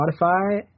Spotify